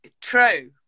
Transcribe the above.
true